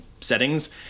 settings